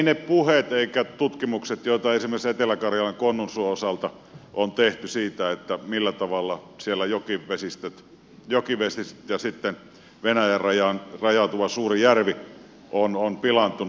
ne puheet ja tutkimukset joita esimerkiksi etelä karjalan konnunsuon osalta on tehty siitä millä tavalla siellä jokivesistöt ja sitten venäjän rajaan rajautuva suuri järvi on pilaantunut